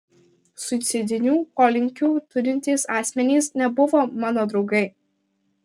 suicidinių polinkių turintys asmenys nebuvo mano draugai